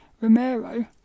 Romero